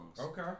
Okay